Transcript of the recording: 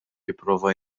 jipprova